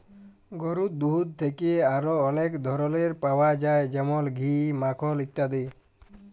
গরুর দুহুদ থ্যাকে আর অলেক ধরলের পাউয়া যায় যেমল ঘি, মাখল ইত্যাদি